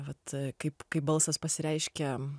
vat kaip kai balsas pasireiškia